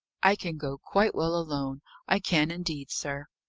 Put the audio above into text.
i can go quite well alone i can, indeed, sir.